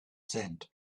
tent